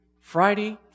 Friday